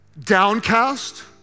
downcast